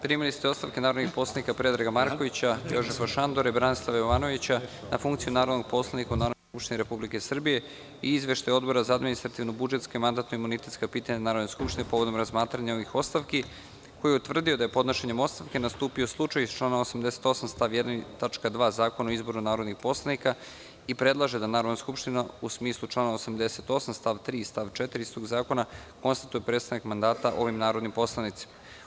Primili ste ostavke narodnih poslanika Predraga Markovića, Jožefa Šandora i Branislava Jovanovića na funkciju narodnog poslanika u Narodnoj skupštini Republike Srbije i Izveštaj Odbora za administrativno-budžetske, mandatno-imunitetska pitanja Narodne skupštine povodom razmatranja ovih ostavki, koji je utvrdio da je podnošenjem ostavke nastupio slučaj iz člana 88. stav 1. tačka 2) Zakona o izboru narodnih poslanika i predlaže da Narodna skupština, u smislu člana 88. stav 3. stav 4. istog zakona, konstatuje prestanak mandata ovim narodnim poslanicima.